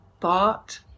thought